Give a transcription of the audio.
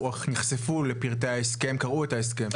נחשפו לפרטי ההסכם, קראו את ההסכם?